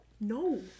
No